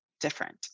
different